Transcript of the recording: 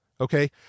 okay